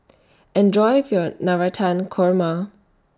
Enjoy your Navratan Korma